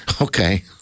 Okay